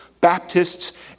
Baptists